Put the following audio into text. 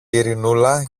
ειρηνούλα